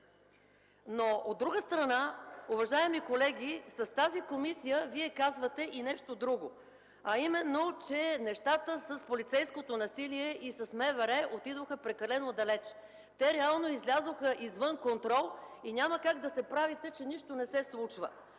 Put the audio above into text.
си. От друга страна, уважаеми колеги, с тази комисия Вие казвате и нещо друго, а именно, че нещата с полицейското насилие и с МВР отидоха прекалено далеч, реално излязоха извън контрол и няма как да се правите, че нищо не се случва,